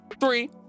three